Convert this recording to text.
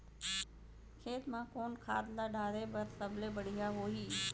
खेत म कोन खाद ला डाले बर सबले बढ़िया होही?